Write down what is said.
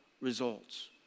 results